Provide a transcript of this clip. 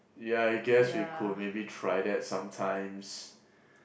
ya I guess we could maybe try that sometimes